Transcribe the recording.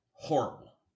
Horrible